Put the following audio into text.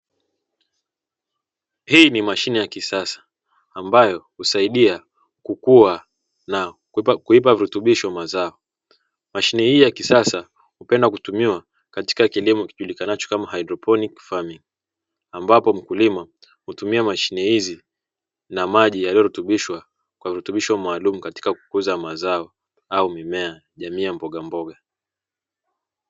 Hii ni mashine ya kisasa ambayo husaidia kukua na kuipa virutubisho mazao, mashine hii ya kisasa hupendwa kutumia katika kilimo kijulikanacho kama haidroponiki famingi, ambapo mkulima hutumia mashine hizi na maji yaliyotubishwa kwa virutubisho maalum katika kukuza mazao au mimea jamii ya mbogamboga.